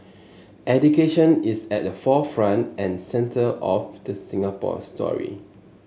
education is at the forefront and centre of the Singapore story